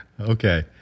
Okay